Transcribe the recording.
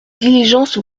diligences